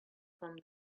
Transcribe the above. from